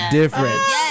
difference